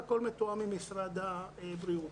הכול מתואם עם משרד הבריאות.